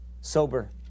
sober